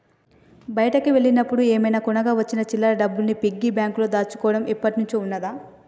బయటికి వెళ్ళినప్పుడు ఏమైనా కొనగా వచ్చిన చిల్లర డబ్బుల్ని పిగ్గీ బ్యాంకులో దాచుకోడం ఎప్పట్నుంచో ఉన్నాది